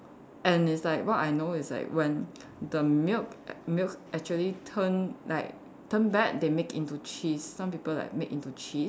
and it's like what I know is like when the milk milk actually turn like turn bad they make into cheese some people like make into cheese